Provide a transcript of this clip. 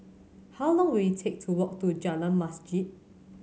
how long will it take to walk to Jalan Masjid